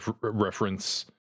reference